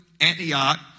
Antioch